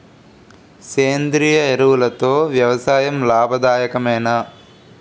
సేంద్రీయ ఎరువులతో వ్యవసాయం లాభదాయకమేనా?